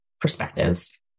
perspectives